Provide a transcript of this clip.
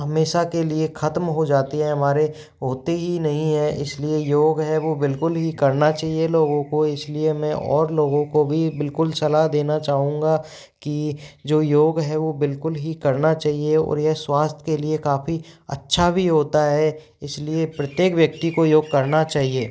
हमेशा के लिए ख़त्म हो जाती है हमारे होते ही नहीं हैं इसलिए योग है वह बिल्कुल ही करना चाहिए लोगों को इसलिए मैं और लोगों को भी बिल्कुल सलाह देना चाहूँगा कि जो योग है वह बिल्कुल ही करना चाहिए और यह स्वास्थय के लिए काफ़ी अच्छा भी होता है इसलिए प्रत्येक व्यक्ति को योग करना चाहिए